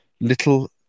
little